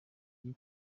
iyi